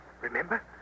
Remember